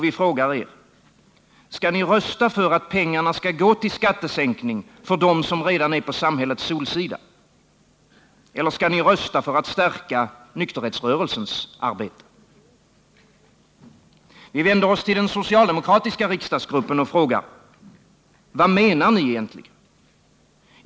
Vi frågar er: Skall ni rösta för att pengarna skall gå till skattesänkning för dem som redan är på samhällets solsida? Eller skall ni rösta för att stärka nykterhetsrörelsens arbete? Vi vänder oss till den socialdemokratiska riksdagsgruppen och frågar: Vad menar ni egentligen?